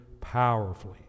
powerfully